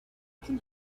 can